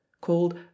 called